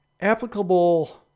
applicable